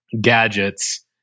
gadgets